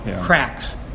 cracks